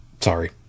sorry